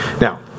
Now